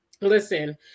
Listen